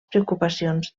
preocupacions